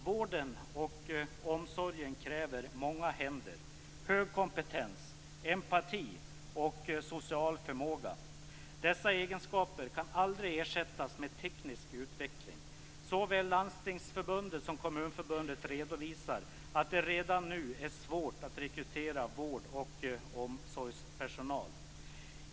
Vården och omsorgen kräver många händer, hög kompetens, empati och social förmåga. Detta kan aldrig ersättas med teknisk utveckling. Såväl Landstingsförbundet som Kommunförbundet redovisar att det redan nu är svårt att rekrytera vårdoch omsorgspersonal.